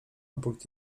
obok